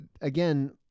Again